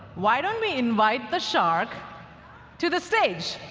why don't we invite the shark to the stage?